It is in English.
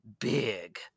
big